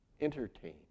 Entertain